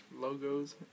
logos